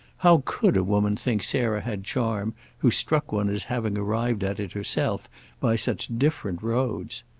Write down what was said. how could a woman think sarah had charm who struck one as having arrived at it herself by such different roads?